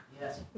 Yes